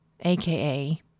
AKA